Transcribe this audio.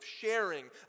sharing